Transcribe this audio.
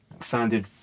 founded